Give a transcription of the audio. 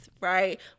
right